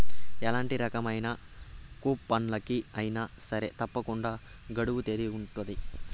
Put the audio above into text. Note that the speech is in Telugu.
ఎలాంటి రకమైన కూపన్లకి అయినా సరే తప్పకుండా గడువు తేదీ ఉంటది